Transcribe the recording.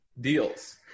deals